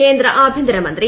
കേന്ദ്ര ആഭ്യന്തരമന്ത്രി